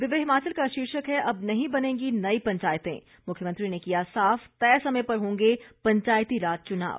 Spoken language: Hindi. दिव्य हिमाचल का शीर्षक है अब नहीं बनेंगी नई पंचायतें मुख्यमंत्री ने किया साफ तय समय पर होंगे पंचायती राज चुनाव